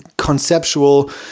conceptual